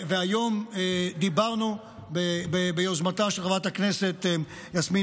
והיום דיברנו ביוזמתה של חברת הכנסת יסמין